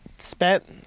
spent